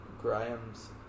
Graham's